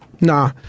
Nah